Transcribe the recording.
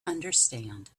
understand